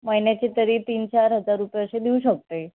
महिन्याचे तरी तीन चार हजार रुपये असे देऊ शकते